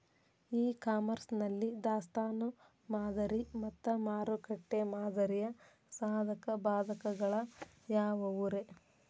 E commerce ನಲ್ಲಿ ದಾಸ್ತಾನು ಮಾದರಿ ಮತ್ತ ಮಾರುಕಟ್ಟೆ ಮಾದರಿಯ ಸಾಧಕ ಬಾಧಕಗಳ ಯಾವವುರೇ?